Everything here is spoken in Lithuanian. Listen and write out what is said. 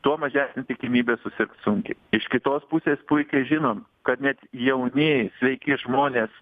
tuo mažesnė tikimybė susirgt sunkiai iš kitos pusės puikiai žinom kad net jauni sveiki žmonės